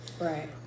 Right